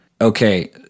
okay